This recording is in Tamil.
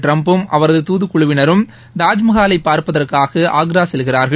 ட்ரம்பும் அவரது அதிபர் தூதுக்குழுவினரும் தாஜ்மஹாலை பார்ப்பதற்காக ஆச்ரா செல்கிறார்கள்